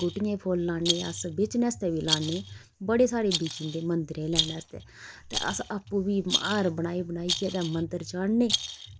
गुट्टियै फुल्ल लान्ने अस बेचने आस्तै बी लान्ने बड़े साढ़े बिकी जंदे मंदरै लाने आस्तै ते अस आपूं बी हार बनाई बनाइयै ते मंदर चाढ़ने